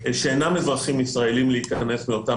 שאינם אזרחים ישראל להיכנס מאותן